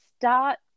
start –